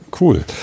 cool